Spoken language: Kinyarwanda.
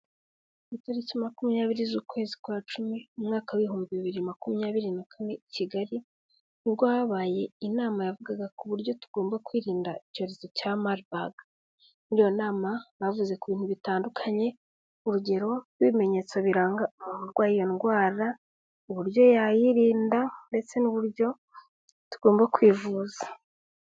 Ku itariki makumyabiri z'ukwezi kwa cumi umwaka w ibiibihumbi bibiri makumyabiri nae kigali nibwo habaye inama yavugaga ku buryo tugomba kwirinda icyorezo cya marbarg muri iyo nama bavuze ku bintu bitandukanye urugero rw'ibimenyetso birangayo ndwara uburyo yayirinda ndetse n'uburyo tugomba kwivuza